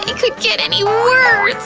and could get any worse!